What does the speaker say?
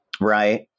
right